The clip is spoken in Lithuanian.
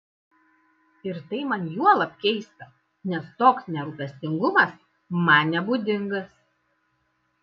ir tai man juolab keista nes toks nerūpestingumas man nebūdingas